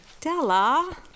Della